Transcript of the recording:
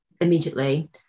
immediately